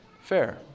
Fair